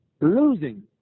Losing